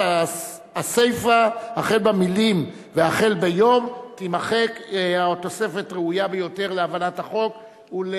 היו"ר ראובן ריבלין: היו"ר ראובן ריבלין: 14 בעד,